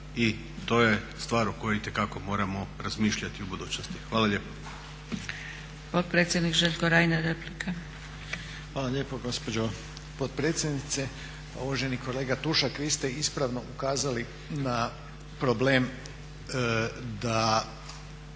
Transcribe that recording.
i to je stvar o kojoj itekako moramo razmišljati u budućnosti. Hvala lijepo.